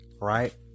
Right